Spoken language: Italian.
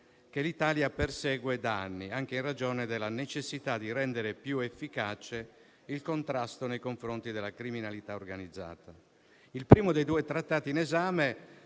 che l'Italia persegue da anni, anche in ragione della necessità di rendere più efficace il contrasto nei confronti della criminalità organizzata. Il primo dei due Trattati in esame